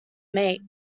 make